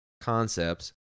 concepts